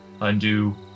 undo